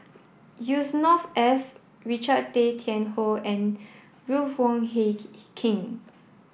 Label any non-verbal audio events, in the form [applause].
Yusnor Ef Richard Tay Tian Hoe and Ruth Wong Hie [unintelligible] King